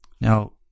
Now